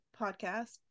podcast